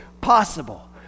possible